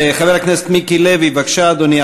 חבר הכנסת מיקי לוי, בבקשה, אדוני.